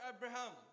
Abraham